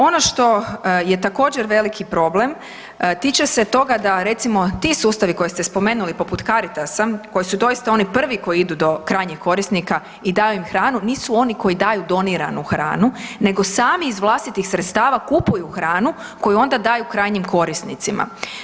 Ono što je također veliki problem tiče se toga da recimo ti sustavi koje ste spomenuli poput Caritasa koji su doista oni prvi koji idu do krajnjih korisnika i daju im hranu nisu oni koji daju doniranu hranu, nego sami iz vlastitih sredstava kupuju hranu koju onda daju daju krajnjim korisnicima.